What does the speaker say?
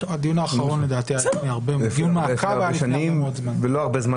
הדיון האחרון היה לדעתי לפני הרבה מאוד זמן.